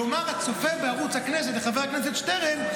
יאמר הצופה בערוץ הכנסת לחבר הכנסת שטרן,